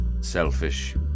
selfish